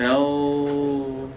no